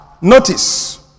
Notice